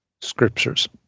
Scriptures